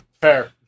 Fair